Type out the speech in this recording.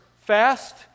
fast